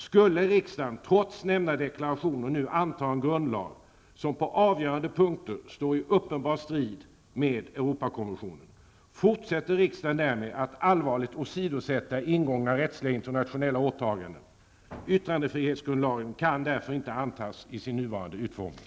Skulle riksdagen trots nämnda deklarationer nu anta en grundlag som på avgörande punkter står i uppenbar strid med Europakonventionen fortsätter riksdagen därmed att allvarligt åsidosätta gjorda rättsliga internationella åtaganden. Yttrandefrihetsgrundlagen kan därför inte antas i sin nuvarande utformning.